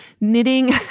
knitting